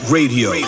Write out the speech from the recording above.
Radio